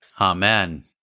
Amen